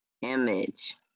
image